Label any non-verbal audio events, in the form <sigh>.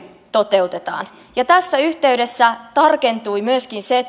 toteutetaan tämän mallin rakentamisen yhteydessä tarkentui myös se <unintelligible>